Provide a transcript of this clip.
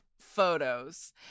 photos